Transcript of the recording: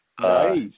Nice